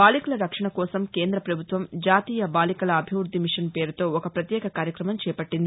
బాలికల రక్షణ కోసం కేంద్ర ప్రభుత్వం జాతీయ బాలికల అభివృద్ధి మిషన్ పేరుతో ఒక ప్రత్యేక కార్యక్రమం చేపట్లింది